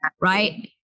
Right